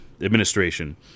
administration